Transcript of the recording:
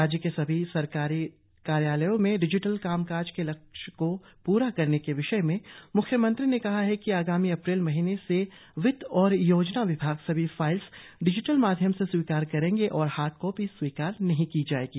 राज्य के सभी सरकारी कार्यालयों में डिजिटल काम काज के लक्ष्य को पूरा करने के विषय में म्ख्यमंत्री ने कहा कि आगामी अप्रैल महीने से वित्त और योजना विभाग सभी फाईल्स डिजिटल माध्यम से स्वीकार करेंगे और हार्ड कॉपी स्वीकार नहीं किया जायेगा